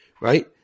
right